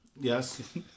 Yes